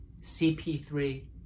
CP3